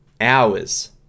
hours